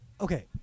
okay